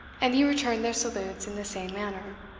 and he returned their salutes in the same manner.